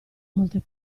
molte